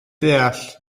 deall